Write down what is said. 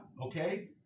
Okay